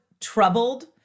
troubled